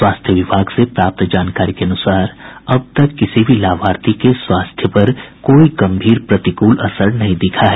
स्वास्थ्य विभाग से प्राप्त जानकारी के अनुसार अब तक किसी भी लाभार्थी के स्वास्थ्य पर कोई गंभीर प्रतिकूल असर नहीं दिखा है